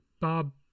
Bob